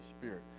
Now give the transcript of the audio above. Spirit